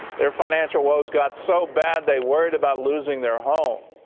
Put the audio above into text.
their financial woes got so bad, they worried about losing their home.